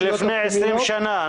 מלפני 20 שנה.